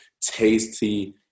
tasty